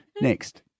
next